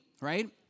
right